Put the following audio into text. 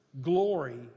glory